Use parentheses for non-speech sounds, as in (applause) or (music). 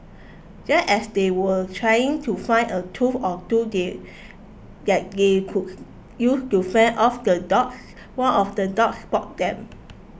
just as they were trying to find a tool or two (unintelligible) that they could use to fend off the dogs one of the dogs spotted them